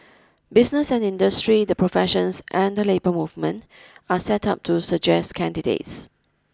business and industry the professions and the labour movement are set up to suggest candidates